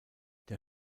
der